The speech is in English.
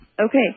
Okay